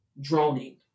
droning